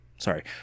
Sorry